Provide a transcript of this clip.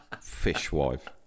Fishwife